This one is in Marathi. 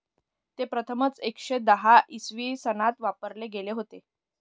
ते प्रथमच एकशे दहा इसवी सनात वापरले गेले होते